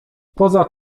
poza